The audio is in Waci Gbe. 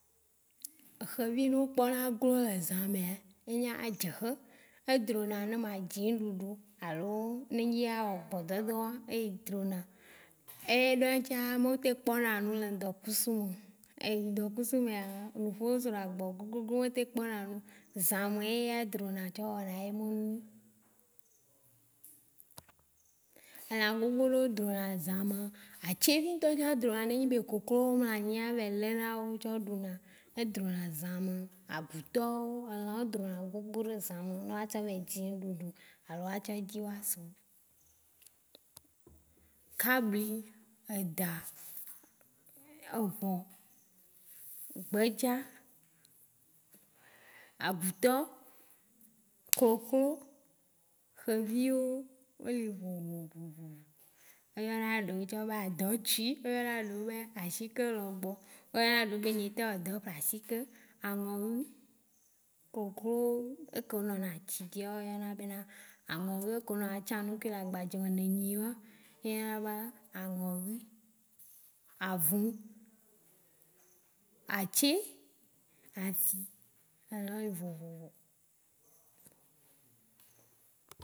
Xevi ɖeo kpɔna glo le zã mea, enyi edze xe. Edro na ne ne ma dzi ŋɖuɖu alo ne dzi ya wɔ hɔdɔdɔ wa edrona. Eɖɔ tsã me ten kpɔna nu le ŋdɔkusu me ŋdɔkusu mea ŋku wo su na gbɔ gogogo me ten kpɔna nu. Zã me eya drona tsã wɔna eme nu. Elã gbogbo ɖe drona zã me. Atsevi ŋtɔ tsã drona, ne enyi be koklo wo mlanyia, evɛ ke na wo tsɔ ɖu na. Edrona zã me. Agutɔ wo, elã wo drona gbogbo ɖe zã me ne wa tsã yi dzi ŋuɖuɖu alo wa tsã dzi wa se. Kabli, edã, eʋɔ̃, gbe tsã, agutɔ, koklo, xevi wo, o li vovovo. O yɔna ɖeo tsã be adɔ̃tsi, ɔlo yɔna eɖeo be ashikelɔgbɔ, o yɔna ɖeo be nye ŋtɔ wɔ dɔ pasike, aŋɔwi, koklo e ke nɔ na etsi ya o yɔna be na aŋɔ, ye eke o nɔ na tsã nu ke le agbadze me ne nyi wã yɔna be aŋɔ̃vi. Avũ, atse, asi, elã wo le vovovo